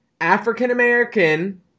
African-American